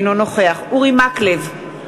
אינו נוכח אורי מקלב,